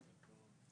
נכון.